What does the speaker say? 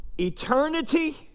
Eternity